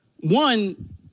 one